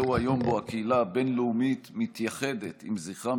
זהו היום שבו הקהילה הבין-לאומית מתייחדת עם זכרם